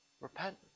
Repent